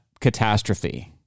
catastrophe